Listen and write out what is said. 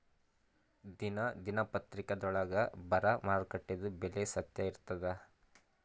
ದಿನಾ ದಿನಪತ್ರಿಕಾದೊಳಾಗ ಬರಾ ಮಾರುಕಟ್ಟೆದು ಬೆಲೆ ಸತ್ಯ ಇರ್ತಾದಾ?